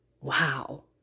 Wow